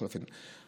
בכל אופן,